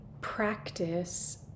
practice